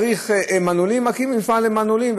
צריך מנעולים אז נקים מפעל למנעולים,